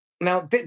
Now